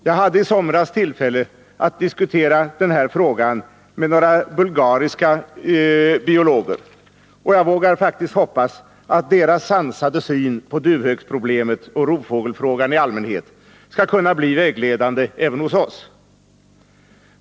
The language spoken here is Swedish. Jag hade i somras tillfälle att diskutera frågan med några bulgariska biologer, och jag vågar faktiskt hoppas att deras sansade syn på duvhöksproblemet och rovfågelsfrågan i allmänhet skall kunna bli vägledande även hos oss.